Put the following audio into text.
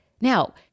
Now